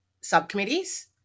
subcommittees